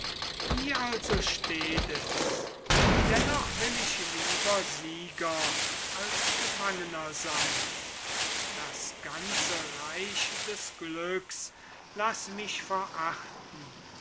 wie also steht es dennoch will ich lieber sieger als gefangener sein das ganze reich des glücks laß mich verachten